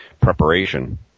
preparation